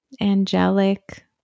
angelic